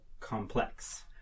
Complex